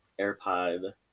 AirPod